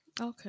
Okay